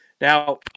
Now